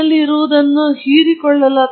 ಆದ್ದರಿಂದ ಇದು ನಾವು ನೆನಪಿನಲ್ಲಿಟ್ಟುಕೊಳ್ಳಬೇಕಾದ ವಿಷಯ